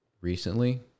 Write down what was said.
recently